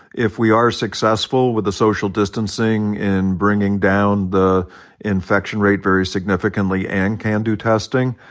if we are successful with the social distancing and bringing down the infection rate very significantly, and can do testing,